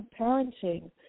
parenting